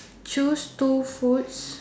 choose two foods